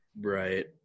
Right